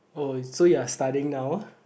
oh so you are studying now